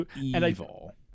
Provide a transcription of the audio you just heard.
evil